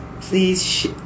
please